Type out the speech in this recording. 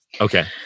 Okay